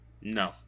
No